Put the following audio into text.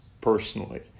Personally